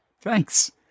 Thanks